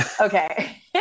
Okay